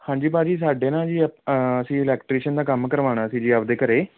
ਹਾਂਜੀ ਭਾਅ ਜੀ ਸਾਡੇ ਨਾ ਜੀ ਅ ਅਸੀਂ ਇਲੈਕਟ੍ਰੀਸ਼ਨ ਦਾ ਕੰਮ ਕਰਵਾਉਣਾ ਸੀ ਜੀ ਆਪਦੇ ਘਰ